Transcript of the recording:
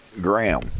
Graham